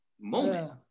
moment